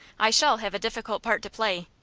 i shall have a difficult part to play,